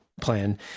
plan